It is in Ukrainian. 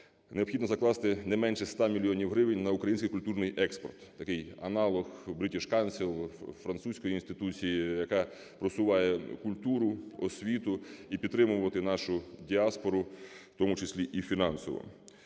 Необхідно закласти не менше 100 мільйонів гривень на український культурний експорт, такий аналог British Council, французької інституції, яка просуває культуру, освіту, і підтримувати нашу діаспору, в тому числі і фінансово.